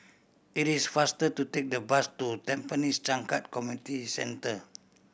it is faster to take the bus to Tampines Changkat Community Centre